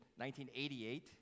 1988